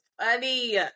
funny